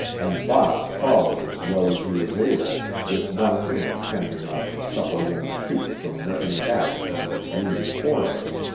and botts followed as well as he was able, with one hand fending off the supple young shoots from whipping back upon his wounded forehead.